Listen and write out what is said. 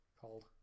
called